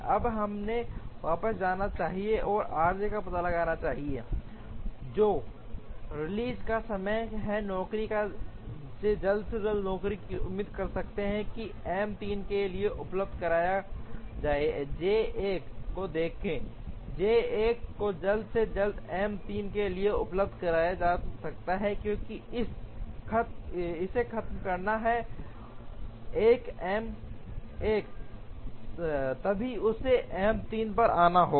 अब हमें वापस जाना चाहिए और आरजे का पता लगाना चाहिए जो रिलीज का समय है नौकरी या जल्द से जल्द नौकरी की उम्मीद कर सकते हैं कि एम 3 के लिए उपलब्ध कराया जाए J 1 को देखें J 1 को जल्द से जल्द M 3 के लिए उपलब्ध कराया जा सकता है क्योंकि इसे खत्म करना है एक M 1 तभी उसे M 3 पर आना होगा